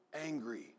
angry